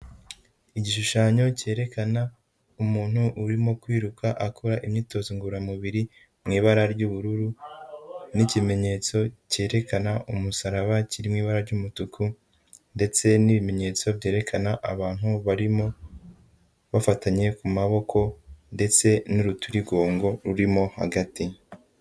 Igishushanyo cyerekana umuntu urimo kwiruka akora imyitozo ngororamubiri mu ibara ry'ubururu n'ikimenyetso kerekana umusaraba kiri mu ibara ry'umutuku ndetse n'ibimenyetso byerekana abantu barimo, bafatanye ku maboko ndetse n'urutirigongo rurimo hagati.